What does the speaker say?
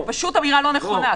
היא לא נכונה.